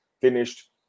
Finished